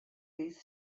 these